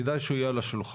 כדאי שהוא יהיה על השולחן.